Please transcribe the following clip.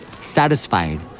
Satisfied